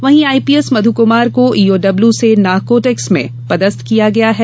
वहीं आईपीएस मध्य कुमार को ईओडब्ल्यू से नार्कोटिक्स में पदस्थ किया गया है